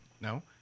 No